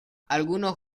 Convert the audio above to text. algunos